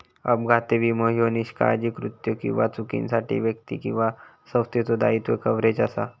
अपघाती विमो ह्यो निष्काळजी कृत्यो किंवा चुकांसाठी व्यक्ती किंवा संस्थेचो दायित्व कव्हरेज असा